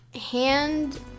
Hand